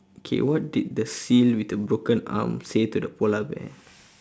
okay what did the seal with the broken arm say to the polar bear